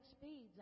speeds